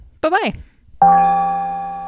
Bye-bye